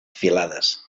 filades